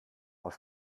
aus